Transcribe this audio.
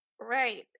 Right